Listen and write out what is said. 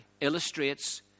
illustrates